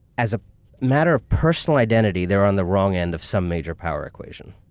as a matter of personal identity, they're on the wrong end of some major power equation.